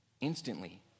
instantly